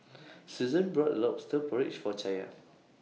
Susann bought Lobster Porridge For Chaya